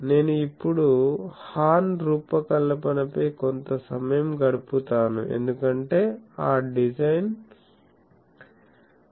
నేను ఇప్పుడు హార్న్ రూపకల్పనపై కొంత సమయం గడుపుతాను ఎందుకంటే ఆ డిజైన్ చాలా ముఖ్యం